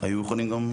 היו יכולים גם להגיש.